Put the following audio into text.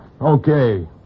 Okay